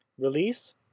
Release